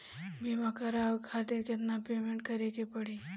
बीमा करावे खातिर केतना पेमेंट करे के पड़ी?